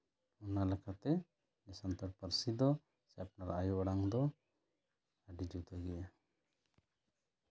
ᱚᱱᱟ ᱞᱮᱠᱟᱛᱮ ᱥᱟᱱᱛᱟᱲ ᱯᱟᱹᱨᱥᱤ ᱫᱚ ᱥᱮ ᱟᱯᱱᱟᱨ ᱟᱭᱳ ᱟᱲᱟᱝ ᱫᱚ ᱟᱹᱰᱤ ᱡᱩᱫᱟᱹ ᱜᱮᱭᱟ